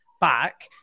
back